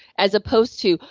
as opposed to,